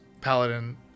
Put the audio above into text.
paladin